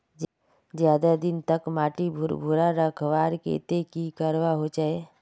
ज्यादा दिन तक माटी भुर्भुरा रखवार केते की करवा होचए?